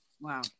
Wow